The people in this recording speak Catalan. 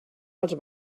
els